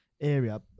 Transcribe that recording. area